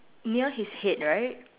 near his head right